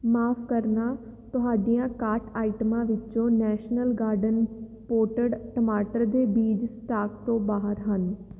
ਮਾਫ਼ ਕਰਨਾ ਤੁਹਾਡੀਆਂ ਕਾਰਟ ਆਈਟਮਾਂ ਵਿੱਚੋਂ ਨੈਸ਼ਨਲ ਗਾਰਡਨ ਪੋਟਡ ਟਮਾਟਰ ਦੇ ਬੀਜ ਸਟਾਕ ਤੋਂ ਬਾਹਰ ਹਨ